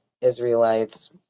Israelites